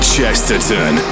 Chesterton